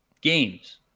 games